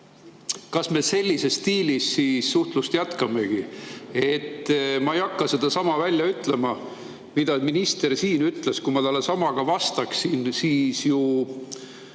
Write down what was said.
Kas me sellises stiilis suhtlust jätkamegi? Ma ei hakka sedasama välja ütlema, mida minister siin ütles. Kui ma talle samaga vastaksin, siis no